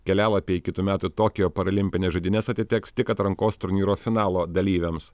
kelialapiai į kitų metų tokijo parolimpines žaidynes atiteks tik atrankos turnyro finalo dalyviams